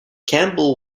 campbell